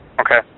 Okay